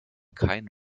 kein